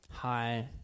Hi